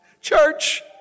Church